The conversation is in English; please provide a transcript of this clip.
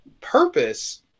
purpose